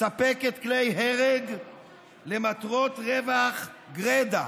מספקת כלי הרג למטרות רווח גרידא,